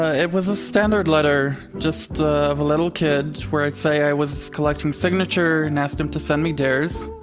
ah it was a standard letter, just of a little kid, where i'd say i was collecting signatures and ask them to send me theirs.